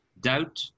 doubt